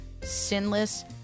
sinless